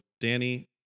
Danny